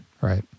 right